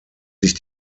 sich